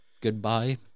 goodbye